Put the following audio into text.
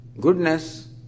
goodness